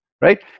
right